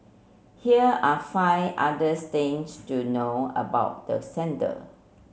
here are five other things to know about the centre